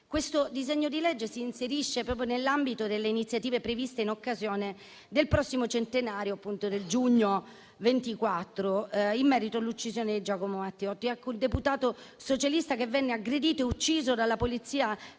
presente disegno di legge si inserisce nell'ambito delle iniziative previste in occasione del prossimo centenario, nel giugno 2024, dell'uccisione di Giacomo Matteotti, il deputato socialista che venne aggredito e ucciso dalla polizia